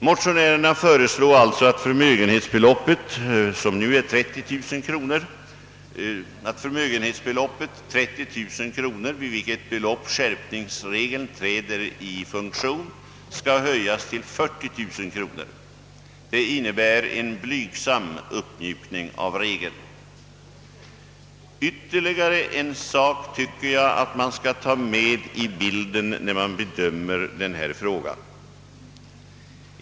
Motionärerna föreslår att förmögenhetsbeloppet 30000 kronor, som motsvarar det belopp vid vilket skärpningsregeln nu träder i funktion, skall höjas till 40 000 kronor. Det innebär en blygsam uppmjukning av regeln. Ytterligare en sak anser jag skall tas med i bilden vid bedömandet av denna fråga.